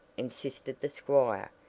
insisted the squire,